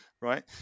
right